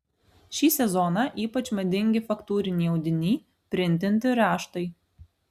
šį sezoną ypač madingi faktūriniai audiniai printinti raštai